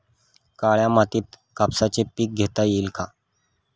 काळ्या मातीत कापसाचे पीक घेता येईल का?